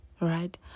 right